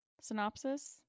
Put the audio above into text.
synopsis